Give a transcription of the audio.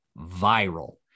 viral